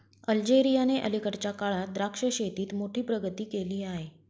अल्जेरियाने अलीकडच्या काळात द्राक्ष शेतीत मोठी प्रगती केली आहे